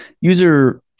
User